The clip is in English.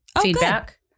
feedback